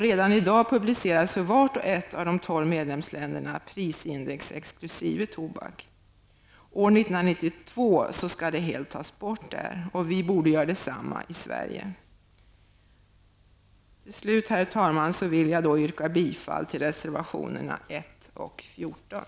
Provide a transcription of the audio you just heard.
Redan i dag publiceras för vart och ett av de 12 skall det helt tas bort. Vi i Sverige borde göra detsamma. Herr talman! Med detta yrkar jag bifall till reservationerna 1 och 14.